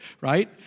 right